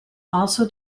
also